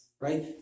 Right